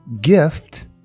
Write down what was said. gift